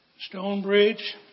Stonebridge